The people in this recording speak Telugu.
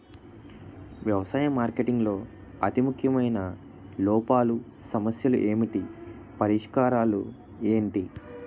వ్యవసాయ మార్కెటింగ్ లో అతి ముఖ్యమైన లోపాలు సమస్యలు ఏమిటి పరిష్కారాలు ఏంటి?